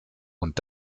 und